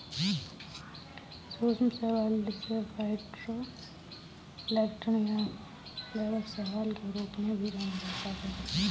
सूक्ष्म शैवाल जिसे फाइटोप्लैंक्टन या प्लवक शैवाल के रूप में भी जाना जाता है